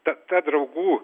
ta ta draugų